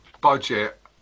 Budget